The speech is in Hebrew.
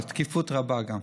בתקיפות רבה גם.